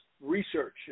research